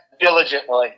diligently